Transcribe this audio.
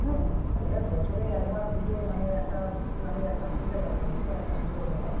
হ্যাঁ তাছাড়া বছরে একবার পুজো মানে একটা গ্রামের একটা আনন্দের ব্যাপার বিশাল একটা আনন্দের ব্যাপার